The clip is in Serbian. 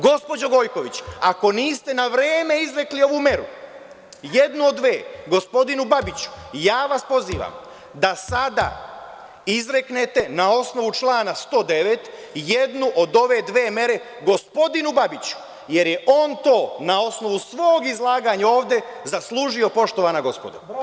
Gospođo Gojković, ako niste na vreme izrekli ovu meru, jednu od dve, gospodinu Babiću, ja vas pozivam da sada izreknete na osnovu člana 109. jednu od ove dve mere gospodinu Babiću, jer je on to na osnovu svog izlaganja ovde zaslužio, poštovana gospodo.